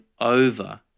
over